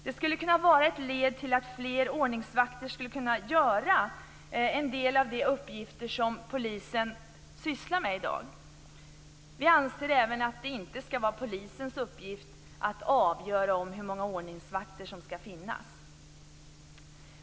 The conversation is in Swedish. Det skulle kunna leda till att fler ordningsvakter kan göra en del av de uppgifter som polisen i dag sysslar med. Vi anser även att det inte skall vara polisens uppgift att avgöra hur många ordningsvakter som skall finnas.